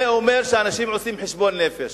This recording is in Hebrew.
זה אומר שאנשים עושים חשבון נפש.